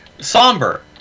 Somber